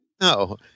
No